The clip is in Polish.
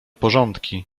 porządki